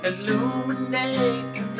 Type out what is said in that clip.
Illuminate